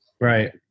Right